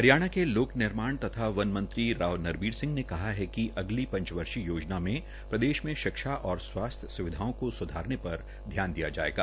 हरियाणा के लोक निर्माण तथा वन मंत्री राव नरबीर सिंह ने कहा है कि अगली पंचवर्षीय योजना में प्रदेश मे शिक्षा और स्वास्थ्य स्विधाओं को सुधारने पर ध्यान दिया जायेगा